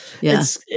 Yes